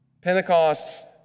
Pentecost